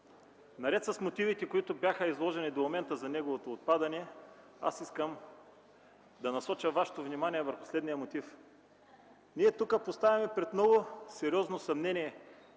Наред с изложените до момента мотиви за неговото отпадане искам да насоча вашето внимание върху следния мотив. Ние тук поставяме пред много сериозно съмнение